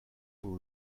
will